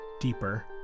deeper